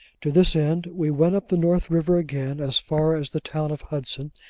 to this end, we went up the north river again, as far as the town of hudson,